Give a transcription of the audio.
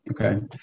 Okay